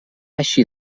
eixir